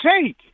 take